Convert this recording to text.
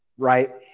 Right